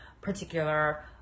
particular